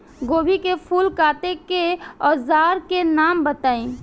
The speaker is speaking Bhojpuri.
गोभी के फूल काटे के औज़ार के नाम बताई?